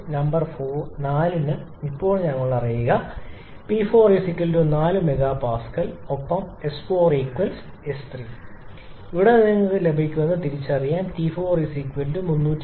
point number 4 ന് ഇപ്പോൾ ഞങ്ങൾ അത് അറിയുക P4 4MPa ഒപ്പം s4 𝑠3 അവിടെ നിന്ന് നിങ്ങൾക്ക് ലഭിക്കുമെന്ന് തിരിച്ചറിയണം T4 375